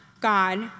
God